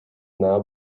now